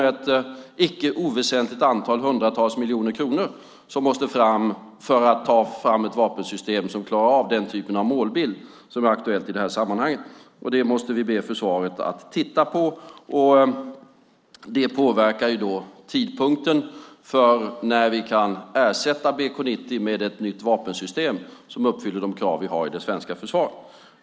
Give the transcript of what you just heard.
Ett icke oväsentligt antal hundra miljoner kronor måste tillföras för att ta fram ett vapensystem som klarar av den typen av målbild som är aktuell i det här sammanhanget. Det måste vi be försvaret att titta på, vilket i sin tur påverkar tidpunkten för när vi kan ersätta bombkapsel 90 med ett nytt vapensystem som uppfyller de krav vi har i det svenska försvaret.